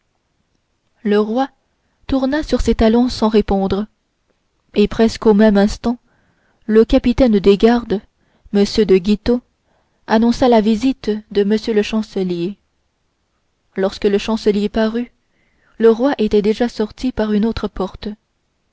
le roi tourna sur ses talons sans répondre et presque au même instant le capitaine des gardes m de guitaut annonça la visite de m le chancelier lorsque le chancelier parut le roi était déjà sorti par une autre porte